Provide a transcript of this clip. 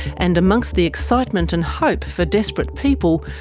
and, amongst the excitement and hope for desperate people,